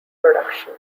production